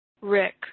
Rick